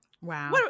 wow